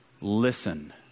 Listen